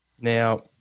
Now